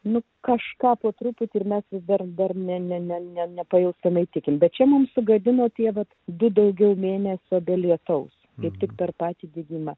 nu kažką po truputį ir mes dabar ne ne ne nepajutome tikime bet čia mums sugadino tėvas daugiau mėnesio be lietaus kaip tik per patį dygimą